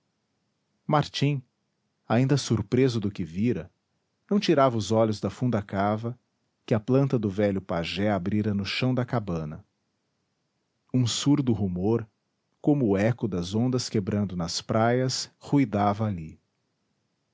martim ainda surpreso do que vira não tirava os olhos da funda cava que a planta do velho pajé abrira no chão da cabana um surdo rumor como o eco das ondas quebrando nas praias ruidava ali